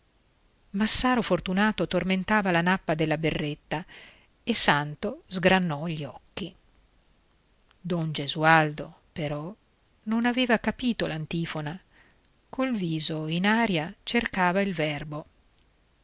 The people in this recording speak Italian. massaro fortunato tormentava la nappa della berretta e santo sgranò gli occhi don gesualdo però non aveva capito l'antifona col viso in aria cercava il verbo